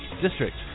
district